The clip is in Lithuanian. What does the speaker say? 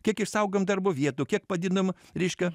kiek išsaugom darbo vietų kiek padidinam reiškia